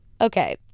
Okay